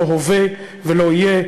לא הווה ולא יהיה.